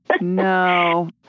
No